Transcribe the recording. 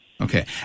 Okay